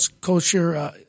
Kosher